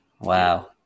Wow